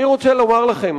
אני רוצה לומר לכם,